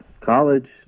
college